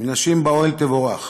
מנשים באוהל תבורך,